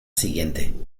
siguiente